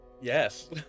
Yes